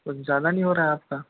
कुछ ज़्यादा नहीं हो रहा है आपका